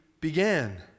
began